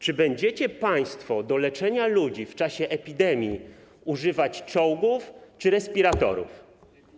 Czy będziecie państwo do leczenia ludzi w czasie epidemii używać czołgów czy respiratorów?